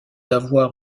avoir